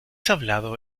hablado